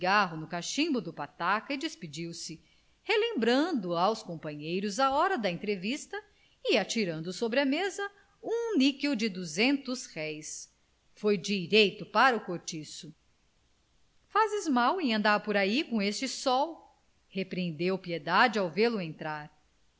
no cachimbo do pataca e despediu-se relembrando aos companheiros a hora da entrevista e atirando sobre a mesa um níquel de duzentos réis foi direito para o cortiço fazes mal em andar por ai com este sol repreendeu piedade ao vê-lo entrar